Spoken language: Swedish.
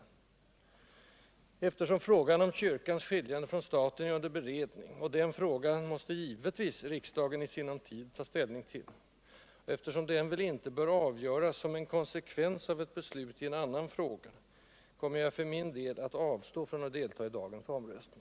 Eftersom frågan om kyrkans skiljande från staten är under beredning — den frågan måste givetvis riksdagen i sinom tid ta ställning till — och eftersom den väl inte bör avgöras som en konsekvens av ett beslut i en annan fråga, kommer jag att avstå från att delta i dagens omröstning.